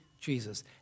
Jesus